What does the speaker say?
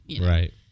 Right